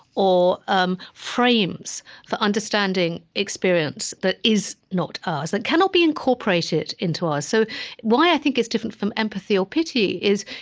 or um frames for understanding experience that is not ours, that cannot be incorporated into ours. so why i think it's different from empathy or pity is,